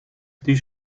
die